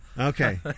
Okay